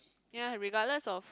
ya regardless of